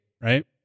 right